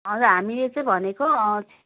हजुर हामीले चाहिँ भनेको